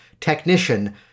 technician